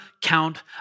count